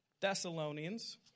Thessalonians